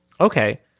Okay